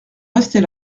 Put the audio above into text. rester